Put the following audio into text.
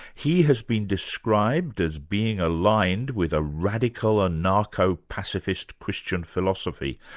he has been described as being aligned with a radical ah anarcho-pacificst christian philosophy,